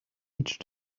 each